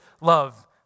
love